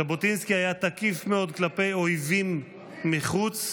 ז'בוטינסקי היה תקיף מאוד כלפי אויבים מחוץ,